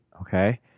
Okay